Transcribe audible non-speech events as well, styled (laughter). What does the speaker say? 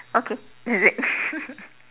okay is it (laughs)